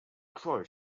crowd